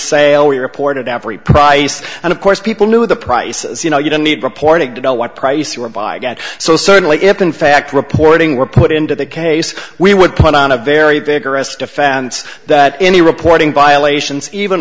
sale we reported every price and of course people knew the price you know you don't need reporting to know what price you were buying get so certainly if in fact reporting were put into the case we would put on a very vigorous defense that any reporting violations even